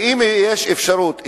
ואם יש אפשרות,